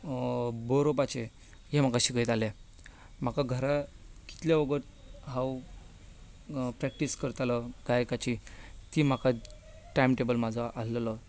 बरोवपाचें हें म्हाका शिकयताले म्हाका घरा कितल्या वोगोत हांव प्रॅक्टीस करतालों गायकाची ती म्हाका टायम टॅबल म्हजो आसलो